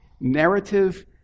narrative